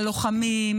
ללוחמים,